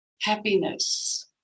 happiness